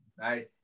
nice